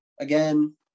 again